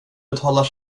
betalar